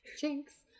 Jinx